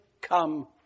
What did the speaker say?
come